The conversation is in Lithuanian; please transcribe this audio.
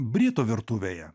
britų virtuvėje